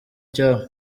cyabo